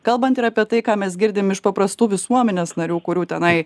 kalbant ir apie tai ką mes girdim iš paprastų visuomenės narių kurių tenai